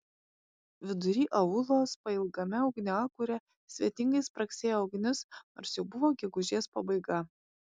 vidury aulos pailgame ugniakure svetingai spragsėjo ugnis nors jau buvo gegužės pabaiga